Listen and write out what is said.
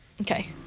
Okay